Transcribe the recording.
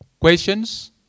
questions